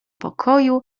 pokoju